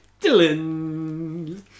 Dylan